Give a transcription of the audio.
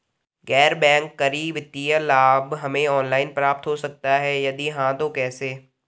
गैर बैंक करी वित्तीय लाभ हमें ऑनलाइन प्राप्त हो सकता है यदि हाँ तो कैसे?